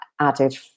added